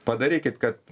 padarykit kad